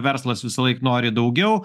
verslas visąlaik nori daugiau